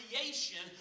creation